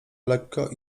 lekko